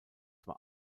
war